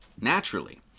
naturally